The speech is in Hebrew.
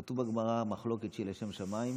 כתוב בגמרא: "כל מחלוקת שהיא לשם שמיים